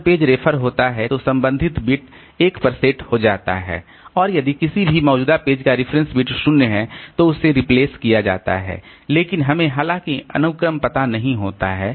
जब page refer होता है तो संबंधित बिट 1 पर सेट हो जाता है और यदि किसी भी मौजूद पेज का रेफरेंस बिट 0 है तो उसे रिप्लेस किया जाता है लेकिन हमें हालांकि अनुक्रम पता नहीं होता है